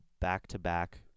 back-to-back